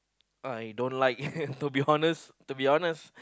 I don't like to be honest to be honest